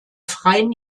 freien